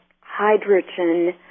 hydrogen